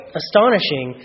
astonishing